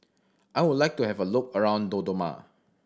I would like to have a look around Dodoma